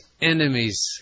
enemies